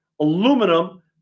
aluminum